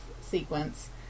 sequence